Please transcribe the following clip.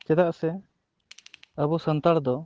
ᱪᱮᱫᱟᱜ ᱥᱮ ᱟᱵᱚ ᱥᱟᱱᱛᱟᱲ ᱫᱚ